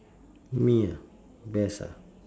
me ah best ah